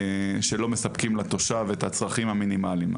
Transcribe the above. שלא מספקים לתושב את הצרכים המינימליים.